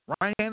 Ryan